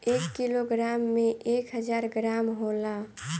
एक किलोग्राम में एक हजार ग्राम होला